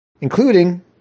Including